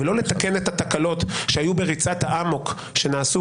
ולא לתקן את התקלות שהיו בריצת האמוק שנעשו,